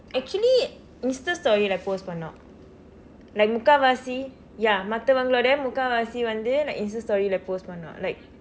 actually Insta story இல்ல:illa post பண்ணும்:pannum like முக்காவாசி:mukkaavaasi ya மற்றவர்களுடைய முக்காவாசி வந்து:marravarkaludaiya mukkaavaasi vandthu like Insta story leh post பண்னும்:pannum like